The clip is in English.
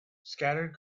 scattered